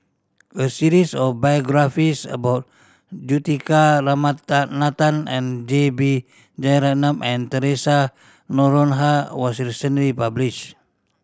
a series of biographies about Juthika Ramanathan and J B Jeyaretnam and Theresa Noronha was recently published